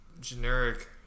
generic